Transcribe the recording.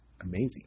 amazing